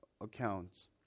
Accounts